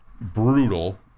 brutal